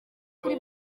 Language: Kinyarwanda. kuri